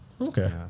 okay